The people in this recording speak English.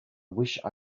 wish